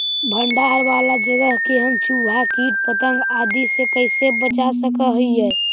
भंडार वाला जगह के हम चुहा, किट पतंग, आदि से कैसे बचा सक हिय?